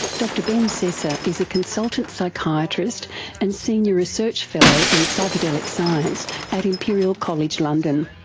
dr ben sessa is a consultant psychiatrist and senior research fellow in psychedelic science at imperial college london.